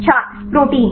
छात्र प्रोटीन